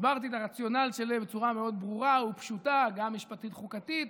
הסברתי את הרציונל שלי בצורה מאוד ברורה ופשוטה גם משפטית וחוקתית,